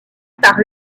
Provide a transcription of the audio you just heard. par